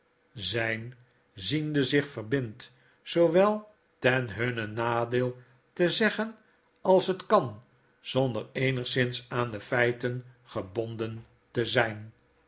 zyn ziende zich verbindt zooveel ten hunnen nadeele te zeggen als het kan zonder eenigszins aan feiten gebonden te zyn